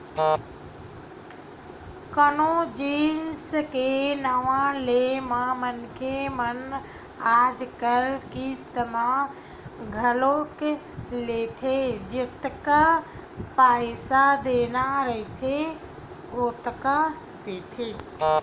कोनो जिनिस के नवा ले म मनखे मन आजकल किस्ती म घलोक लेथे जतका पइसा देना रहिथे ओतका देथे